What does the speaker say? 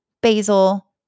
basil